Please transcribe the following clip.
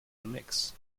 remix